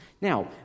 Now